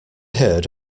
heard